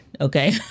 Okay